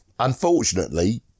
Unfortunately